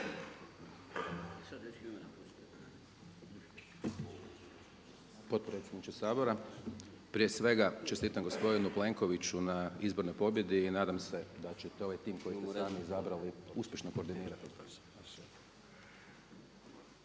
Potpredsjedniče Sabora. Prije svega čestitam gospodinu Plenkoviću na izbornoj pobjedi i nadam se da ćete ovaj tim koji … izabrali uspješno koordinirati.